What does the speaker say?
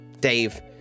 Dave